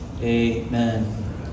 Amen